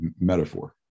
metaphor